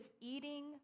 eating